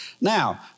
Now